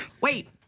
wait